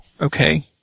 Okay